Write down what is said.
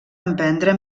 emprendre